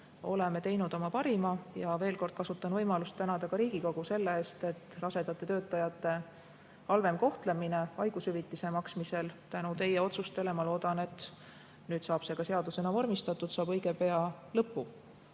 oleme teinud oma parima. Ma veel kord kasutan võimalust tänada ka Riigikogu selle eest, et rasedate töötajate halvem kohtlemine haigushüvitise maksmisel saab tänu teie otsustele – ma loodan, et see saab nüüd ka seadusena vormistatud – õige pea lõpu.